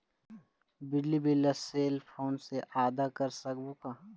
बिजली बिल ला cell phone से आदा कर सकबो का?